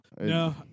no